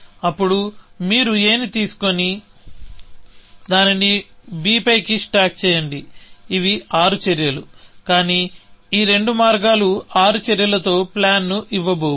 అప్పుడు మీరు a ని తీసుకొని దానిని b పైకి స్టాక్ చేయండి ఇవి ఆరు చర్యలు కానీ ఈ రెండు మార్గాలు ఆరు చర్యలతో ప్లాన్ ను ఇవ్వబోవు